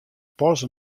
pas